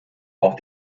auch